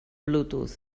bluetooth